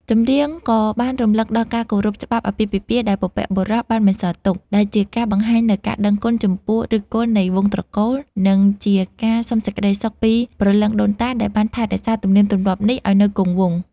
ចម្រៀងក៏បានរំលឹកដល់ការគោរពច្បាប់អាពាហ៍ពិពាហ៍ដែលបុព្វបុរសបានបន្សល់ទុក ដែលជាការបង្ហាញនូវការដឹងគុណចំពោះឫសគល់នៃវង្សត្រកូល និងជាការសុំសេចក្តីសុខពីព្រលឹងដូនតាដែលបានថែរក្សាទំនៀមទម្លាប់នេះឱ្យនៅគង់វង្ស។